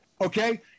Okay